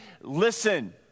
listen